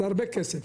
זה הרבה כסף.